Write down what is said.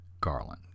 Garland